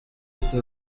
isi